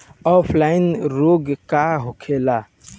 Offline रोग का होखे?